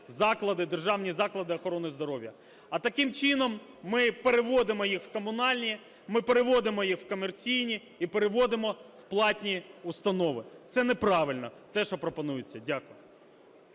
заклади, державні заклади охорони здоров'я. А таким чином ми переводимо їх в комунальні, ми переводимо їх в комерційні і переводимо в платні установи. Це неправильно - те, що пропонується. Дякую.